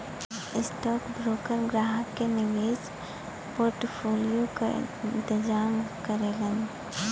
stockbroker ग्राहक के निवेश पोर्टफोलियो क इंतजाम करलन